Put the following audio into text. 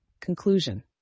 Conclusion